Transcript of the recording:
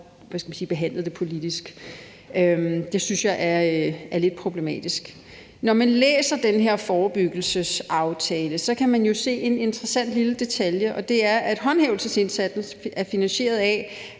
behandlet det politisk. Det synes jeg er lidt problematisk. Når man læser den her forebyggelsesaftale, kan man jo se, at der er en interessant lille detalje, og det er, at håndhævelsesindsatsen er finansieret af,